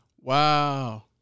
Wow